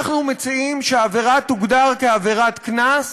אנחנו מציעים שהעבירה תוגדר עבירת קנס,